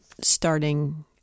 starting